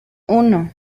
uno